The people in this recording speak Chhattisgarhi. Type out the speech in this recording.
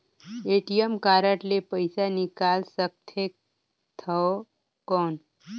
ए.टी.एम कारड ले पइसा निकाल सकथे थव कौन?